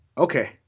okay